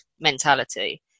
mentality